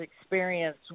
experience